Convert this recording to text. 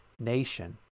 nation